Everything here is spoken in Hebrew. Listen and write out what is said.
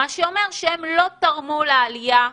וזה אומר שהם לא תרמו לעלייה בתחלואה.